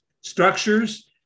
structures